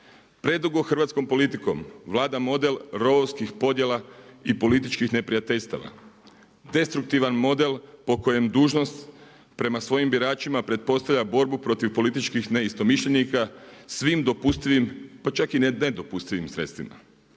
Predugo hrvatskom politikom vlada model rovovskih podjela i političkih neprijateljstava. Destruktivan model po kojem dužnost prema svojim biračima pretpostavlja borbu protiv političkih neistomišljenika svim dopustivim, pa čak i nedopustivim sredstvima.